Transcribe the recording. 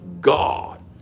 God